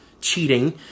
cheating